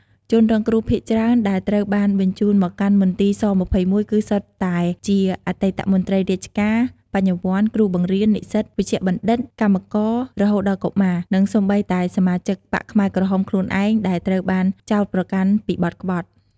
ជនរងគ្រោះភាគច្រើនដែលត្រូវបានបញ្ជូនមកកាន់មន្ទីរស-២១ គឺសុទ្ធតែជាអតីតមន្ត្រីរាជការ បញ្ញវន្ត គ្រូបង្រៀន និស្សិត វេជ្ជបណ្ឌិត កម្មករ រហូតដល់កុមារ និងសូម្បីតែសមាជិកបក្សខ្មែរក្រហមខ្លួនឯងដែលត្រូវបានចោទប្រកាន់ពីបទក្បត់។